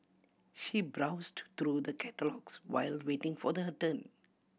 she browsed through the catalogues while waiting for her turn